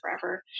forever